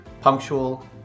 punctual